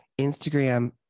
instagram